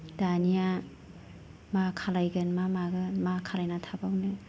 दानिया मा खालायगोन मा मागोन मा खालायना थाबावनो